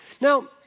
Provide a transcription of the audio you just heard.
Now